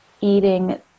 eating